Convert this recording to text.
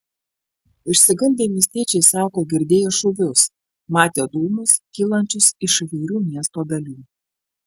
išsigandę miestiečiai sako girdėję šūvius matę dūmus kylančius iš įvairių miesto dalių